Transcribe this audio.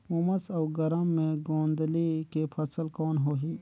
उमस अउ गरम मे गोंदली के फसल कौन होही?